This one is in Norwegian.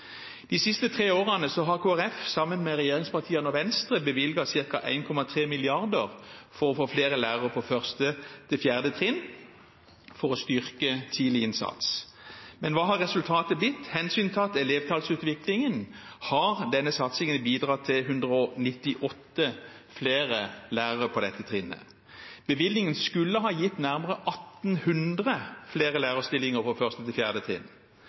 De siste tre årene har Kristelig Folkeparti sammen med regjeringspartiene og Venstre bevilget ca. 1,3 mrd. kr for å få flere lærere på 1.–4. trinn for å styrke tidlig innsats. Men hva har resultatet blitt? Hensyntatt elevtallsutviklingen har denne satsingen bidratt til 198 flere lærere på disse trinnene. Bevilgningen skulle ha gitt nærmere 1 800 flere lærerstillinger